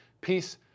peace